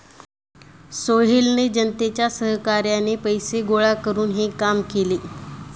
सोहेलने जनतेच्या सहकार्याने पैसे गोळा करून हे काम केले